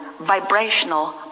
vibrational